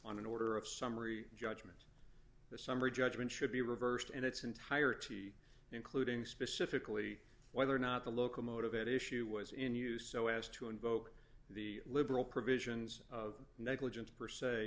on an order of summary judgment the summary judgment should be reversed in its entirety including specifically whether or not the locomotive at issue was in use so as to invoke the liberal provisions of negligence per se